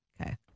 Okay